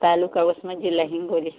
तालूका वसमत जिल्हा हिंगोली